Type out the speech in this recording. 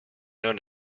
known